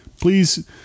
Please